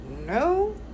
No